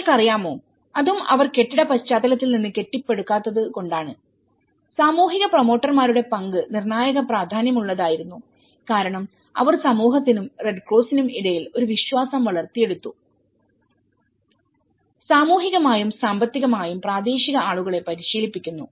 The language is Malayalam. നിങ്ങൾക്കറിയാമോ അതും അവർ കെട്ടിട പശ്ചാത്തലത്തിൽ നിന്ന് കെട്ടിപ്പടുക്കാത്തതുകൊണ്ടാണ് സാമൂഹിക പ്രമോട്ടർമാരുടെ പങ്ക് നിർണായക പ്രാധാന്യമുള്ളതായിരുന്നു കാരണം അവർ സമൂഹത്തിനും റെഡ് ക്രോസിനും ഇടയിൽ ഒരു വിശ്വാസം വളർത്തിയെടുത്തു സാമൂഹികമായും സാങ്കേതികമായും പ്രാദേശിക ആളുകളെ പരിശീലിപ്പിക്കുന്നു